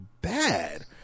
bad